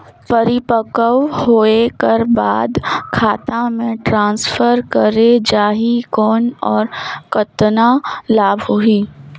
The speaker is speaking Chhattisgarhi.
परिपक्व होय कर बाद खाता मे ट्रांसफर करे जा ही कौन और कतना लाभ होही?